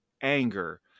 anger